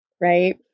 Right